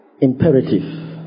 imperative